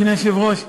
אדוני היושב-ראש,